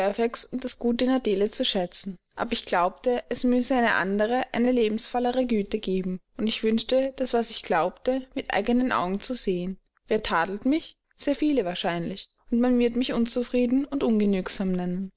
das gute in adele zu schätzen aber ich glaubte es müsse eine andere eine lebensvollere güte geben und ich wünschte das was ich glaubte mit eigenen augen zu sehen wer tadelt mich sehr viele wahrscheinlich und man wird mich unzufrieden und ungenügsam nennen